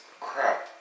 crap